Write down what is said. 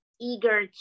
eager